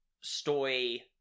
story